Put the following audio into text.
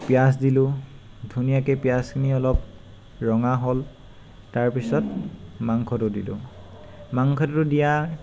পিঁয়াজ দিলো ধুনীয়াকৈ পিঁয়াজখিনি অলপ ৰঙা হ'ল তাৰপিছত মাংসটো দিলোঁ মাংসটো দিয়া